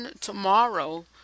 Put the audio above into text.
tomorrow